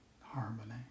harmony